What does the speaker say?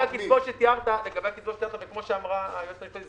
לגבי הקצבאות שתיארת וכמו שאמרה היועצת המשפטית,